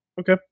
Okay